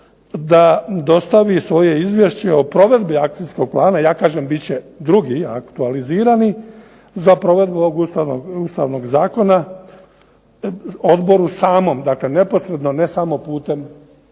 da dostavi svoje izvješće o provedbi akcijskog plana. Ja kažem bit će drugi aktualizirani za provedbu ovog Ustavnog zakona odboru samom. Dakle, neposredno ne samo putem